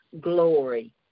glory